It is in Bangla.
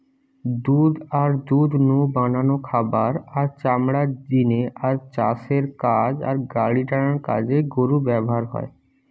দুধ আর দুধ নু বানানো খাবার, আর চামড়ার জিনে আর চাষের কাজ আর গাড়িটানার কাজে গরু ব্যাভার হয়